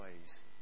ways